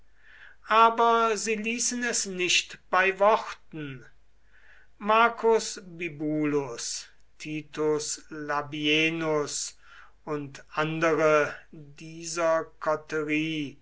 aber sie ließen es nicht bei worten marcus bibulus titus labienus und andere dieser koterie